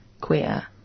queer